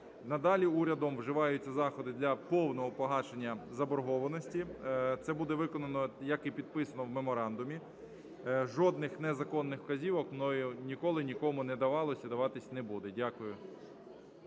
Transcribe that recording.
Надалі урядом вживаються заходи для повного погашення заборгованості. Це буде виконано, як і підписано в меморандумі. Жодних незаконних вказівок мною ніколи нікому не давалося і даватися не буде. Дякую.